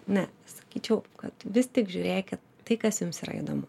ne sakyčiau kad vis tik žiūrėkit tai kas jums yra įdomu